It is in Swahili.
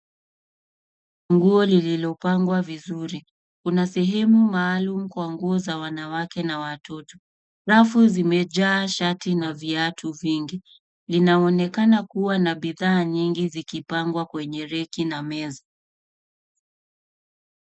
Nguo lililopangwa vizuri. Kuna sehemu maalum kwa nguo za wanawake na watoto. Rafu zimejaa shati na viatu vingi. Linaonekana kuwa na bidhaa nyingi zikipangwa kwenye reki na meza.